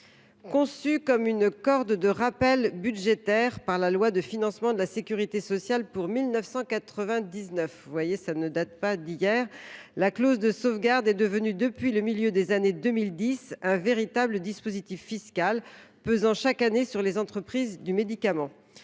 Conçue comme une corde de rappel budgétaire par la loi de financement de la sécurité sociale pour 1999 – cela ne date pas d’hier !–, la clause de sauvegarde est devenue, depuis le milieu des années 2010, un véritable dispositif fiscal pesant sur les entreprises du médicament.